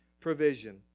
provision